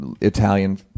italian